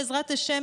בעזרת השם,